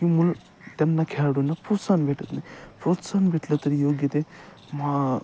किंवा त्यांना खेळाडूंना प्रोत्साहन भेटत नाही प्रोत्साहन भेटलं तरी योग्य ते मा